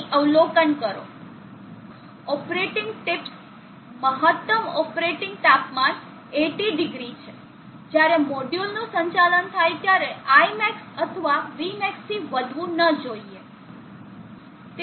અહીં અવલોકન કરો ઓપરેટિંગ ટીપ્સ મહત્તમ ઓપરેટિંગ તાપમાન 800 જ્યારે મોડ્યુલનું સંચાલન થાય ત્યારે Imax અથવા Vmax થી વધવું ન જોઈએ